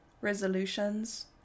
resolutions